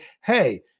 hey